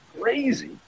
crazy